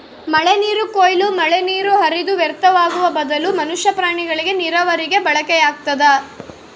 ಮಳೆನೀರು ಕೊಯ್ಲು ಮಳೆನೀರು ಹರಿದು ವ್ಯರ್ಥವಾಗುವ ಬದಲು ಮನುಷ್ಯ ಪ್ರಾಣಿಗಳಿಗೆ ನೀರಾವರಿಗೆ ಬಳಕೆಯಾಗ್ತದ